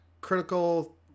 critical